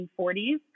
1940s